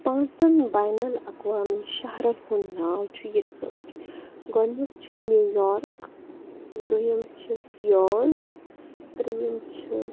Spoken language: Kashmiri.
پانٛژَن بینَل اقوامی شَہرَن ہُنٛد ناو چھُ یِتھ پٲٹھۍ گۄڈنیُک چھُ نیو یارک دوٚیِم چھِ سیال ترٛیِم چھِ